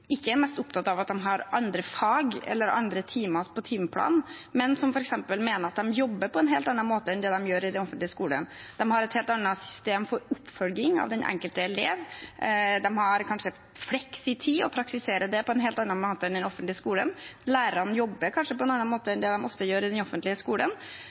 ikke er mest opptatt av at de har andre fag eller andre timer på timeplanen, men som f.eks. mener at de jobber på en helt annen måte enn det man gjør i den offentlige skolen. De har et helt annet system for oppfølging av den enkelte elev. De har kanskje fleksitid og praktiserer det på en helt annen måte enn i den offentlige skolen. Lærerne jobber kanskje på en annen måte enn det de ofte gjør i den offentlige skolen.